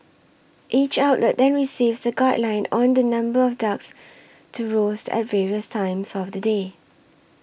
each outlet then receives a guideline on the number of ducks to roast at various times of the day